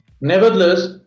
Nevertheless